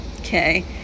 Okay